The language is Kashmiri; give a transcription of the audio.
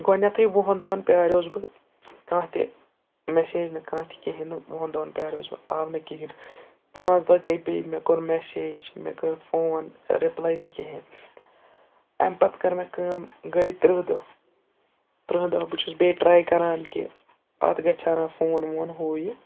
گۄڈٕنٮ۪تھٕے وُہَن دۄہَن پیٛاریوس بہٕ کانٛہہ تہِ مٮ۪سیج نہٕ کانٛہہ تہِ کِہیٖنۍ نہٕ وُہَن دۄہَن پیٛاریوس بہٕ آو نہٕ کِہیٖنۍ پانٛژھ دۄہ گٔے بیٚیہِ مےٚ کوٚر مٮ۪سیج مےٚ کٔر فون رِپلَے نہٕ کِہیٖنۍ اَمہِ پَتہٕ کٔر مےٚ کٲم گٔے تٕرٛہ دۄہ تٕرٛہ دۄہ بہٕ چھُس بیٚیہِ ٹرٛاے کَران کہِ اَتھ گژھِ ہا نہ فون وون ہُہ یہِ